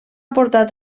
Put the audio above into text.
portat